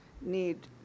need